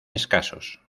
escasos